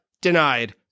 denied